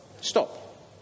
Stop